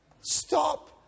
stop